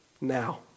now